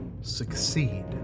succeed